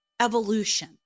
evolution